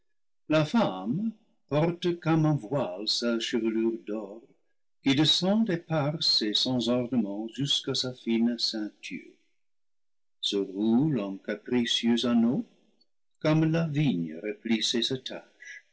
la femme porte comme un voile sa chevelure d'or qui descend éparse et sans ornement jusqu'à sa fine ceinture se roule en capricieux anneaux comme la vigne replie ses